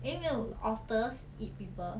eh 没有 otters eat people